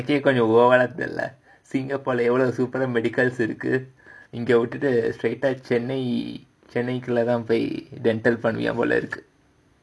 உனக்கே கொஞ்சம்:unakkae konjam over ah தெரியல:theriyala singapore leh எவ்ளோ:evlo super medical certificate இருக்கு இங்க விட்டுட்டு:irukku inga vittuttu dental பண்ணனும் போல இருக்கு:pannanum pola irukku